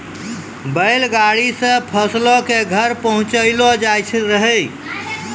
बैल गाड़ी से फसलो के घर पहुँचैलो जाय रहै